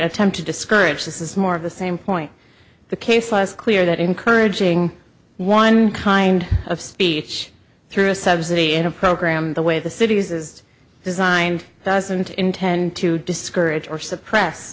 attempt to discourage this is more of the same point the case was clear that encouraging one kind of speech through subsidy in a program the way the city is designed doesn't intend to discourage or suppress